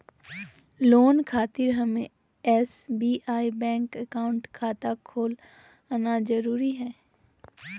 Loan खातिर हमें SBI bank account खाता खोल आना जरूरी है?